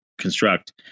construct